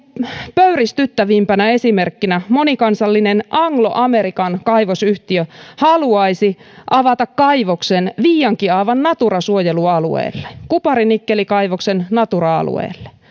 pöyristyttävimpänä esimerkkinä monikansallinen anglo american kaivosyhtiö haluaisi avata kaivoksen viiankiaavan natura suojelualueelle kupari nikkelikaivoksen natura alueelle